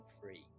free